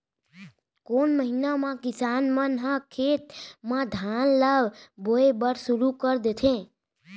कोन महीना मा किसान मन ह खेत म धान ला बोये बर शुरू कर देथे?